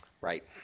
Right